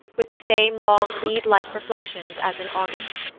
with the same long weed-like reflections as in august.